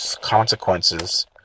consequences